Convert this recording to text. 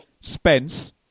Spence